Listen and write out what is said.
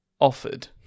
offered